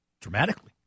dramatically